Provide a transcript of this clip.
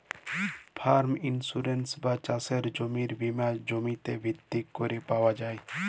farm insurance বা চাসের জমির বীমা জমিতে ভিত্তি ক্যরে পাওয়া যায়